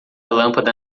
lâmpada